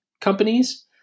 companies